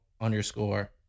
underscore